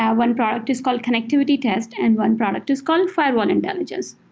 ah one product is called connectivity test and one product is called firewall intelligence.